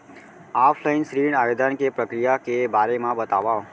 Offline ऋण आवेदन के प्रक्रिया के बारे म बतावव?